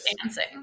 dancing